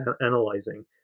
analyzing